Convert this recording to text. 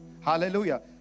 Hallelujah